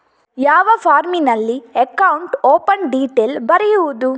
ಯಾವ ಫಾರ್ಮಿನಲ್ಲಿ account open detail ಬರೆಯುವುದು?